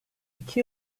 iki